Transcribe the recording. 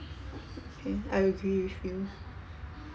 okay I agree with you